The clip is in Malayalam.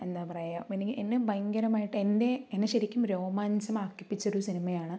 എന്താ പറയുക എനി എന്നെ ഭയകരമായിട്ട് എൻ്റെ എന്നെ ശരിക്കും രോമാഞ്ചമാക്കിപ്പിച്ച ഒരു സിനിമയാണ്